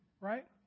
Right